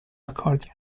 accordion